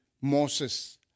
Moses